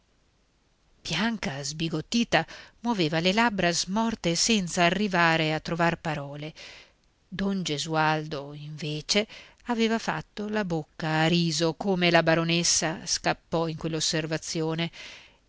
bianca sbigottita muoveva le labbra smorte senza arrivare a trovar parole don gesualdo invece aveva fatto la bocca a riso come la baronessa scappò in quell'osservazione